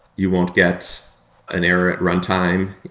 you won't get an error at runtime.